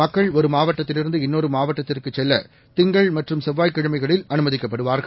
மக்கள்ஒருமாவட்டத்தில்இருந்துஇன்னொருமாவட்டத்திற்கு செல்லதிங்கள்மற்றும்செவ்வாய்க்கிழமைகளில்அனுமதிக்கப் படுவார்கள்